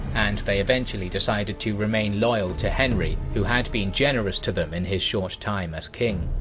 and they eventually decided to remain loyal to henry, who had been generous to them in his short time as king.